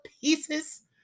pieces